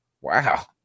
Wow